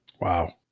wow